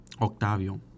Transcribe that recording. Octavio